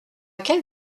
quelle